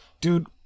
dude